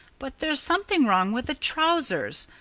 but there's something wrong with the trousers.